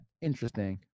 Interesting